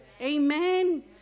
amen